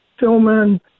filming